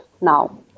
now